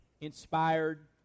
inspired